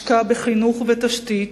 השקעה בחינוך ובתשתית,